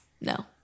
No